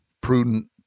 prudent